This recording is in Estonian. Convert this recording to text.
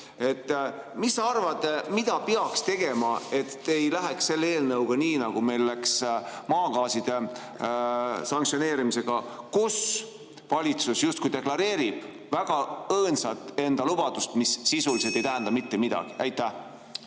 Mis sa arvad, mida peaks tegema, et selle eelnõuga ei läheks nii, nagu meil läks maagaasi sanktsioneerimisega, et valitsus justkui deklareerib väga õõnsalt enda lubadust, mis sisuliselt ei tähenda mitte midagi? Suur